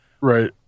Right